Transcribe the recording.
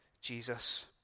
Jesus